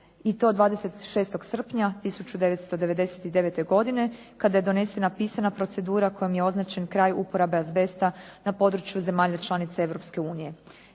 i to 26. srpnja 1999. godine kada je donesena pisana procedura kojom se označen kraj uporabe azbesta na području zemalja članica